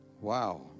Wow